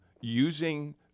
using